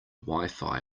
wifi